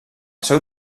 seu